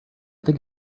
think